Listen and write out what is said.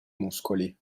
muscoli